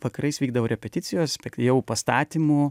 vakarais vykdavo repeticijos jau pastatymų